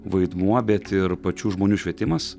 vaidmuo bet ir pačių žmonių švietimas